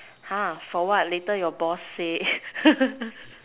for what later your boss say